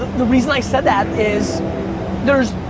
the reason i said that, is there's